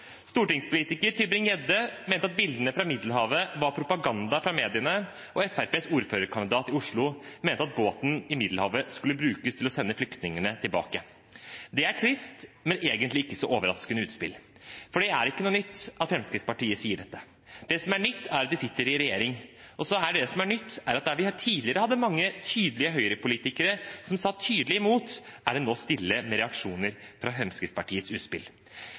Stortingspolitiker Tybring-Gjedde mente at bildene fra Middelhavet var propaganda fra mediene, og Fremskrittspartiets ordførerkandidat i Oslo mente at båten i Middelhavet skulle brukes til å sende flyktningene tilbake. Det er trist, men egentlig ikke så overraskende utspill, for det er ikke noe nytt at Fremskrittspartiet sier dette. Det som er nytt, er at de sitter i regjering. Det som også er nytt, er at der vi tidligere hadde mange tydelige Høyre-politikere som sa tydelig mot, er det nå stille med reaksjoner på Fremskrittspartiets utspill.